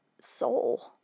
soul